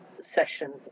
session